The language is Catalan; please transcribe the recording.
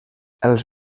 els